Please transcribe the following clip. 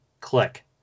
click